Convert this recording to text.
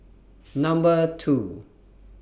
Number two